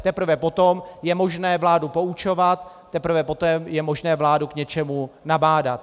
Teprve potom je možné vládu poučovat, teprve poté je možné vládu k něčemu nabádat.